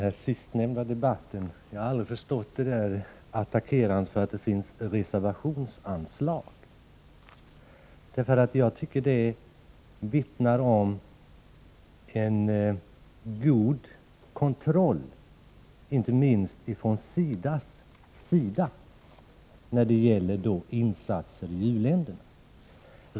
Fru talman! Jag har aldrig förstått det här attackerandet av att det finns reservationsanslag, eftersom jag tycker att det vittnar om en god kontroll, inte minst från SIDA:s sida, när det gäller insatser i u-länderna.